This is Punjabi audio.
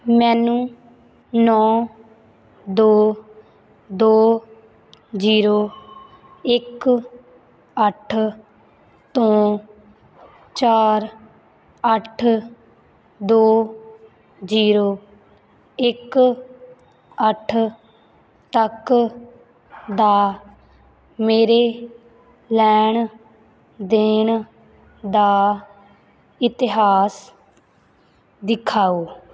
ਮੈਨੂੰ ਨੌਂ ਦੋ ਦੋ ਜ਼ੀਰੋ ਇੱਕ ਅੱਠ ਤੋਂ ਚਾਰ ਅੱਠ ਦੋ ਜ਼ੀਰੋ ਇੱਕ ਅੱਠ ਤੱਕ ਦਾ ਮੇਰੇ ਲੈਣ ਦੇਣ ਦਾ ਇਤਿਹਾਸ ਦਿਖਾਓ